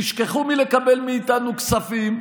תשכחו מלקבל מאיתנו כספים,